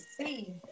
see